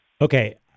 Okay